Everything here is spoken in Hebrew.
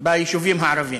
ביישובים הערביים.